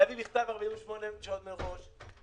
להביא בכתב 48 שעות מראש,